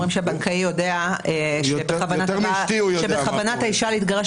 אומרים שהבנקאי יודע שבכוונת האישה להתגרש